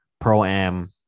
Pro-Am